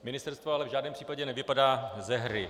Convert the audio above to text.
Ministerstvo ale v žádném případě nevypadá ze hry.